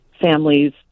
families